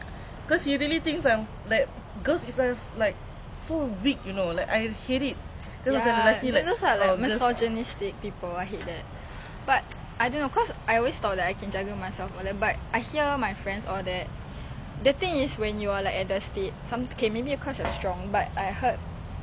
I heard people are not like some other girls cannot take it then like you know you just risau then like if talking about the N_S context as a female but like if you are also not gonna say cause you are under a superior macam tukar macam sergeant kau then kalau nak buat benda like he can macam threaten you